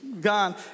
gone